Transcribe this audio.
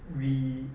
we